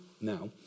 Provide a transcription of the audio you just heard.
now